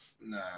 Nah